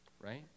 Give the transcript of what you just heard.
right